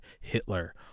hitler